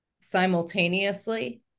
simultaneously